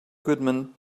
goodman